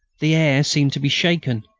the air seemed to be shaken,